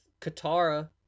Katara